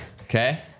Okay